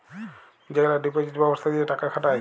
যেগলা ডিপজিট ব্যবস্থা দিঁয়ে টাকা খাটায়